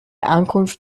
ankunft